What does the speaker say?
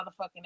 motherfucking